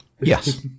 Yes